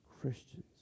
Christians